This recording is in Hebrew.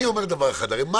הרי מה